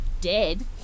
dead